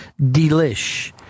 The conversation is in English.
Delish